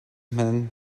hman